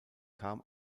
kam